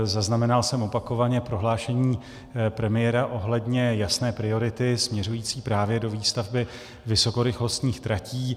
Zaznamenal jsem opakovaně prohlášení premiéra ohledně jasné priority směřující právě do výstavby vysokorychlostních tratí.